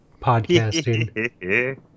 podcasting